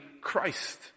Christ